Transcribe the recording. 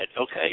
okay